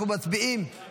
אנחנו מצביעים על